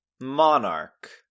monarch